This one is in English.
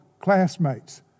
classmates